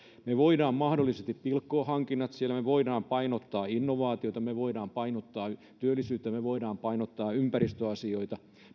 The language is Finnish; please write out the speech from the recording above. me voimme mahdollisesti pilkkoa hankinnat siellä me voimme painottaa innovaatiota me voimme painottaa työllisyyttä me voimme painottaa ympäristöasioita